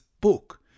book